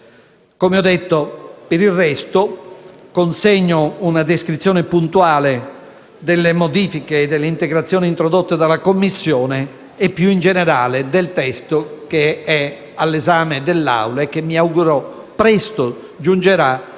annunciato, per il resto consegno una descrizione puntuale delle modifiche e delle integrazioni introdotte dalla Commissione e, più in generale, del testo che è all'esame dell'Aula e che, mi auguro, presto giungerà